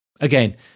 Again